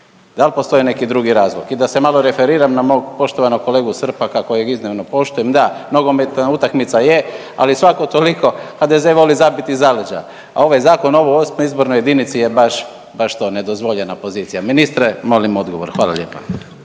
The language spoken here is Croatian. dal postoji neki drugi razlog? I da se malo referiram na mog poštovanog kolegu Srpaka kojeg iznimno poštujem. Da, nogometna utakmica je, ali svako toliko HDZ voli zabiti iz zaleđa, a ovaj zakon o ovoj VIII. izbornoj jedinici je baš, baš to nedozvoljena pozicija. Ministre, molim odgovor, hvala lijepa.